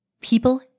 people